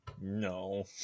No